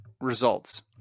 results